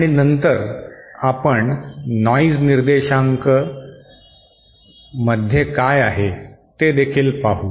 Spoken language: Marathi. आणि नंतर आपण नॉंईज निर्देशांक मध्ये काय आहे ते देखील पाहू